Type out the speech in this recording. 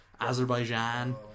Azerbaijan